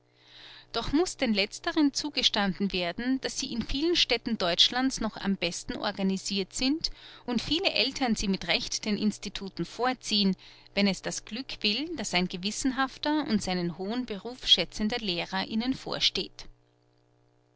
doch muß den letzteren zugestanden werden daß sie in vielen städten deutschlands noch am besten organisirt sind und viele eltern sie mit recht den instituten vorziehen wenn es das glück will daß ein gewissenhafter und seinen hohen beruf schätzender lehrer ihnen vorsteht